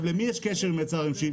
למי יש קשר עם היצרן הרשמי?